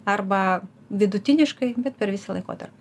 arba vidutiniškai bet per visą laikotarpį